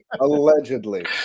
allegedly